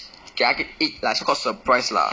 给他个一 so called surprise lah